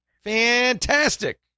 Fantastic